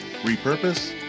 repurpose